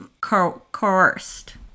coerced